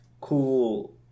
cool